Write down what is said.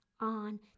on